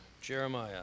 Jeremiah